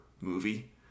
movie